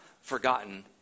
forgotten